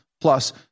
plus